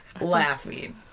laughing